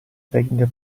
tecnica